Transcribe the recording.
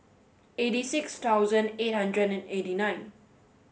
eighty six thousand eight hundred and eighty nine